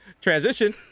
Transition